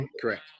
correct